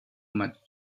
much